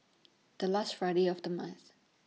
The last Friday of The month